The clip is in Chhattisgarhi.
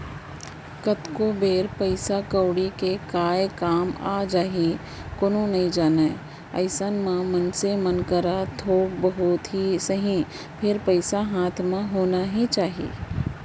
कतको बेर पइसा कउड़ी के काय काम आ जाही कोनो नइ जानय अइसन म मनसे मन करा थोक बहुत ही सही फेर पइसा हाथ म होना ही चाही